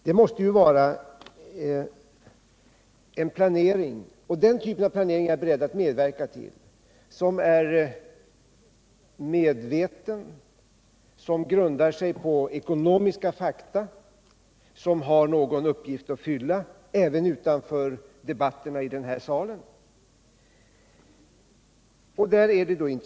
Det måste ju finnas en planering — och den typen av planering är jag beredd att medverka till — som är medveten, som grundar sig på ekonomiska fakta och som har någon uppgift att fylla även utanför debatten i den här salen.